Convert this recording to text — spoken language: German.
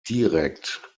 direkt